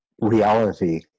reality